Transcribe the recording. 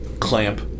clamp